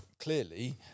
clearly